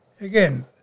again